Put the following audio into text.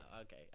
okay